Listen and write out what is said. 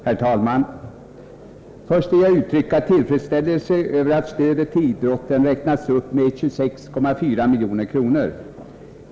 Herr talman! Först vill jag uttrycka tillfredsställelse över att stödet till idrotten räknats upp med 26,4 milj.kr.